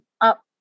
up